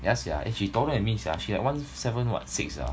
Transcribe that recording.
yeah sia and she taller than me sia she like one seven what six ah